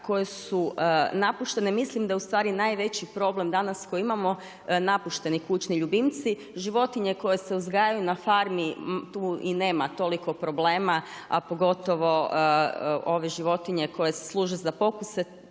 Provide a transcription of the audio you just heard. koje su napuštene. Mislim da je ustvari najveći problem, danas koji imamo, napušteni kućni ljubimci. Životinje koje se uzgajaju tu i nema toliko problema, a pogotovo ove životinje koje služe za pokuse,